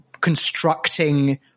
constructing